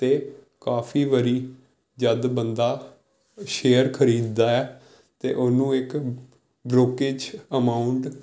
ਅਤੇ ਕਾਫ਼ੀ ਵਾਰੀ ਜਦ ਬੰਦਾ ਸ਼ੇਅਰ ਖਰੀਦਦਾ ਹੈ ਅਤੇ ਉਹਨੂੰ ਇੱਕ ਬ੍ਰੋਕੇਜ ਅਮਾਊਂਟ